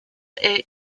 est